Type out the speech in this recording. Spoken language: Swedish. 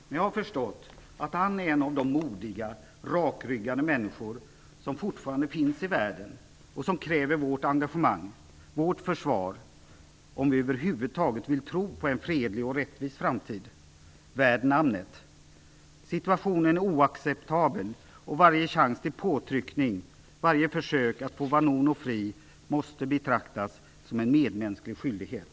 Men jag har förstått att han är en av de modiga och rakryggade människor som fortfarande finns i världen och som kräver vårt engagemang och försvar, om vi över huvud taget vill tro på en fredlig och rättvis framtid värd namnet. Situationen är oacceptabel. Varje chans till påtryckning och varje försök att få Vanunu fri måste betraktas som en medmänsklig skyldighet.